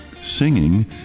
singing